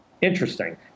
Interesting